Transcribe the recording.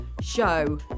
show